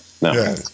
No